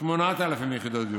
8,000 יחידות דיור,